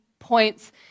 Points